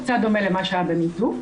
קצת דומה למה שהיה ב-Me too.